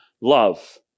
love